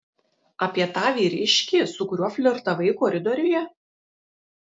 apie tą vyriškį su kuriuo flirtavai koridoriuje